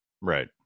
Right